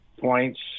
points